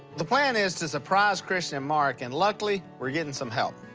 the plan is to surprise christian and mark, and luckily, we're getting some help.